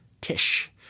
Tish